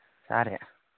ꯆꯥꯔꯦ